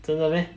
真的 meh